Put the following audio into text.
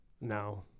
No